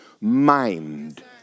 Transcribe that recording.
mind